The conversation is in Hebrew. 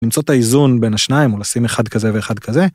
למצוא את האיזון בין השניים, או לשים אחד כזה ואחד כזה.